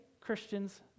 Christians